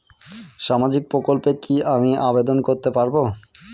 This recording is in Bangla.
সামাজিক প্রকল্পে কি আমি আবেদন করতে পারবো?